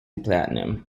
platinum